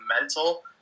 mental